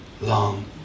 long